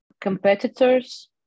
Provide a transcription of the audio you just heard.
Competitors